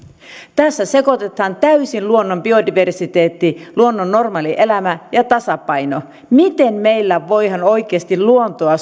tässä sekoitetaan täysin luonnon biodiversiteetti luonnon normaali elämä ja tasapaino miten meillä voidaan oikeasti luontoa